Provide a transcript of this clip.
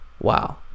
Wow